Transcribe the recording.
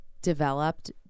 developed